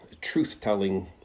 truth-telling